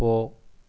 போ